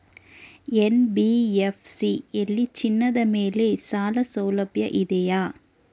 NBFC ಯಲ್ಲಿ ಚಿನ್ನದ ಮೇಲೆ ಸಾಲಸೌಲಭ್ಯ ಇದೆಯಾ?